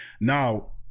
Now